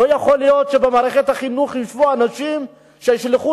לא יכול להיות שבמערכת החינוך ישבו אנשים שישלחו